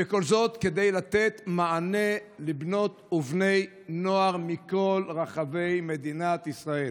וכל זאת כדי לתת מענה לבנות ובני נוער מכל רחבי מדינת ישראל.